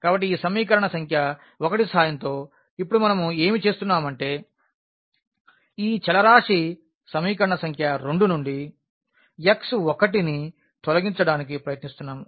కాబట్టి ఈ సమీకరణ సంఖ్య 1 సహాయంతో ఇప్పుడు మనం ఏమి చేస్తున్నామంటే ఈ చలరాశి సమీకరణ సంఖ్య 2 నుండి x1తొలగించడానికి ప్రయత్నిస్తున్నాము